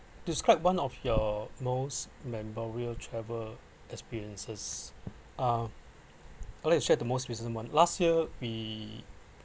describe one of your most memorial travel experiences uh I’ll shared the most recent one last year we